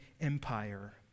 Empire